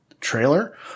trailer